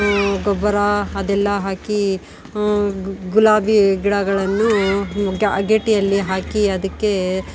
ಗೊಬ್ಬರ ಅದೆಲ್ಲ ಹಾಕಿ ಗು ಗುಲಾಬಿ ಗಿಡಗಳನ್ನು ಅಗೇಡಿಯಲ್ಲಿ ಹಾಕಿ ಅದಕ್ಕೆ